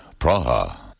Praha